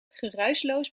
geruisloos